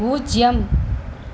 பூஜ்ஜியம்